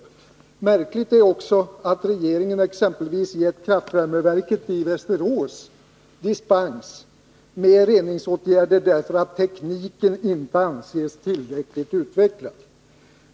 Men märkligt är också att regeringen exempelvis gett kraftvärmeverket i Västerås dispens från skyldigheten att vidta reningsåtgärder därför att tekniken inte anses tillräckligt utvecklad.